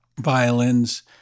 violins